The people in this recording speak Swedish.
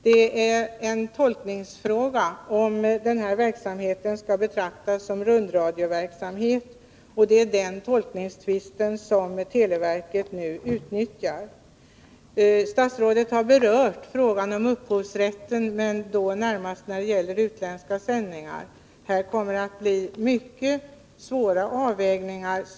Det är en tolkningsfråga om den här verksamheten skall betraktas som rundradioverksamhet, och det är den tolkningstvisten som televerket nu utnyttjar. Statsrådet har berört frågan om upphovsrätt, men då närmast när det gäller utländska sändningar. Det kommer att bli mycket svåra avvägningar.